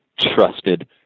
trusted